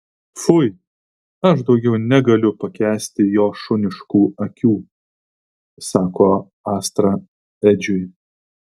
fui aš daugiau negaliu pakęsti jo šuniškų akių sako astra edžiui